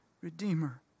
Redeemer